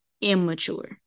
immature